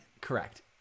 correct